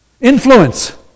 Influence